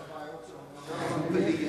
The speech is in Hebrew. אחת הבעיות היא שגם מעבירים.